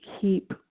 keep